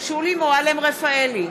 שולי מועלם-רפאלי,